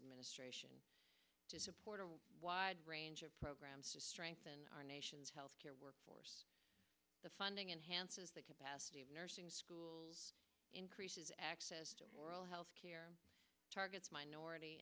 administration to support a wide range of programs to strengthen our nation's health care workforce the funding enhances the capacity of nursing schools increases access world health care targets minority